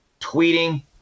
tweeting